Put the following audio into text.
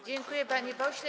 Dziękuję, panie pośle.